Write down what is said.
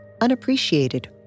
unappreciated